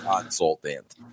consultant